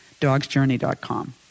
Dogsjourney.com